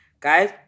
Guys